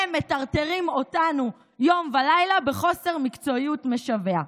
והם מטרטרים אותנו יום ולילה בחוסר מקצועיות משווע.